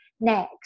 next